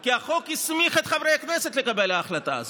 כי החוק הסמיך את חברי הכנסת לקבל את ההחלטה הזאת.